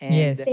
yes